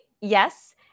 yes